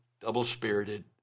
double-spirited